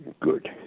good